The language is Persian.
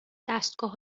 دستگاه